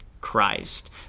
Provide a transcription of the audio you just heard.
Christ